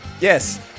Yes